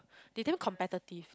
they damn competitive